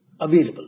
available